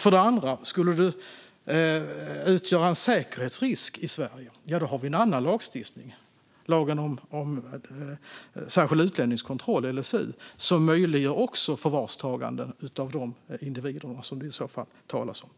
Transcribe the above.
För det andra: Skulle du utgöra en säkerhetsrisk i Sverige har vi en annan lagstiftning, lagen om särskild utlänningskontroll, LSU, som också möjliggör förvarstagande av de individer som det i så fall talas om.